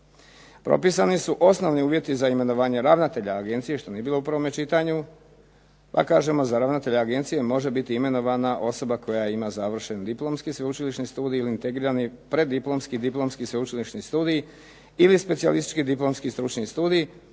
Propisani su osnovni uvjeti za imenovanje ravnatelja agencije, što nije bilo u prvome čitanju, a kažemo za ravnatelja agencije može biti imenovana osoba koja ima završen diplomski sveučilišni studij ili integrirani preddiplomski, diplomski sveučilišni studij ili specijalistički diplomski stručni studij,